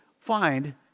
find